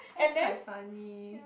that's quite funny